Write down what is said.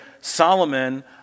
Solomon